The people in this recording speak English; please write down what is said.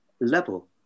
level